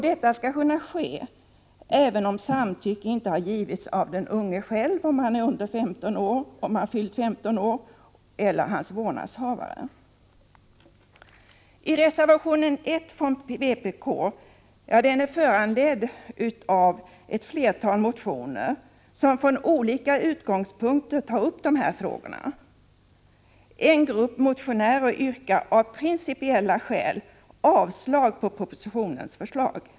Detta skall kunna ske även om samtycke inte har lämnats av den unge själv, om han fyllt 15 år, eller hans vårdnadshavare. Reservation 1 från vpk är föranledd av ett flertal motioner som från olika utgångspunkter tar upp dessa frågor. En grupp motionärer yrkar av principiella skäl avslag på propositionens förslag.